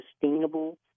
sustainable